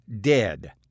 dead